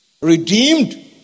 redeemed